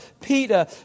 Peter